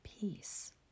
peace